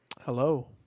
hello